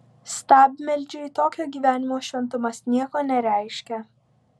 stabmeldžiui tokio gyvenimo šventumas nieko nereiškia